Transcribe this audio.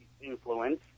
influence